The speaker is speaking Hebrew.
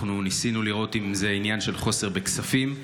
אנחנו ניסינו לראות אם זה עניין של חוסר בכספים,